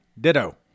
Ditto